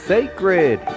Sacred